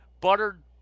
buttered